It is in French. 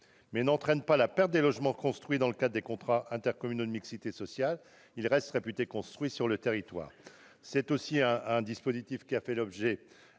n'entraîne pas la perte des logements construits dans le cadre des contrats intercommunaux de mixité sociale, qui restent réputés construits sur le territoire. Ce dispositif a fait l'objet